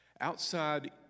Outside